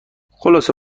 خلاصه